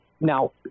Now